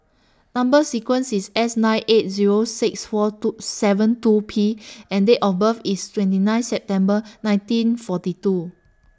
Number sequence IS S nine eight Zero six four two seven two P and Date of birth IS twenty nine September nineteen forty two